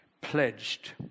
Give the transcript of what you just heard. pledged